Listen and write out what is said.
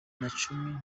nacumi